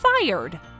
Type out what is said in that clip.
fired